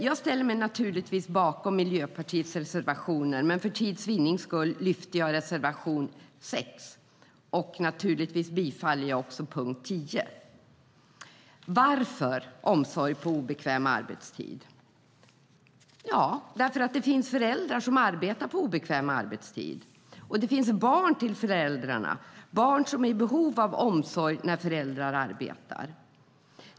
Jag ställer mig naturligtvis bakom Miljöpartiets reservationer, men för tids vinnande lyfter jag fram reservation 6. Naturligtvis yrkar jag också bifall till utskottets förslag under punkt 10. Varför omsorg på obekväm arbetstid? Ja, därför att det finns föräldrar som arbetar på obekväm arbetstid, och det finns barn till föräldrarna, barn som är i behov av omsorg när föräldrar arbetar.